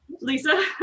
Lisa